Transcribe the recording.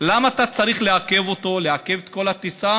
הפוגע ברבבות רבבות אלפי בני ישראל במדינת